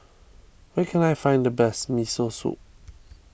where can I find the best Miso Soup